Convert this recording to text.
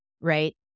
right